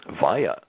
via